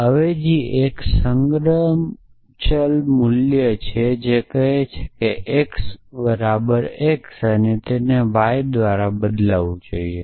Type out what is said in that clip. અવેજી એક ચલ મૂલ્ય છે તે કહે છે કે x x ને આ y દ્વારા બદલવું જોઈએ